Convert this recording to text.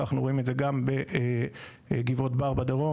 אנחנו רואים את זה גם בגבעות בר בדרום.